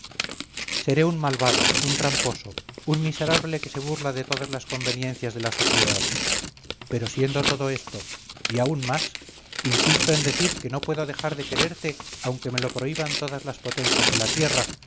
seré un malvado un tramposo un miserable que se burla de todas las conveniencias de la sociedad pero siendo todo esto y aún más insisto en decir que no puedo dejar de quererte aunque me lo prohíban todas las potencias de la tierra